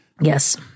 Yes